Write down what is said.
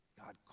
God